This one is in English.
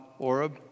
Oreb